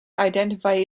identify